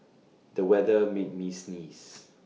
the weather made me sneeze